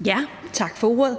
(V): Tak for ordet.